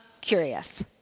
curious